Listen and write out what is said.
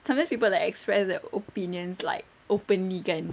sometimes people like express their opinions like openly kan